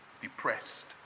depressed